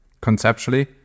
conceptually